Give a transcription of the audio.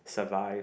survive